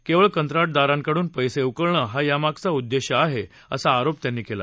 केवळ कंत्राटदारांकडून पैसे उकळणं हा यामागचा उद्देश आहे असा आरोप त्यांनी केला